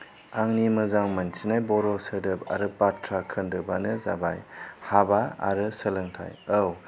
आंनि मोजां मोनसिन्नाय बर' सोदोब आरो बाथ्रा खोन्दोबानो जाबाय हाबा आरो सोलोंथाइ औ